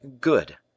Good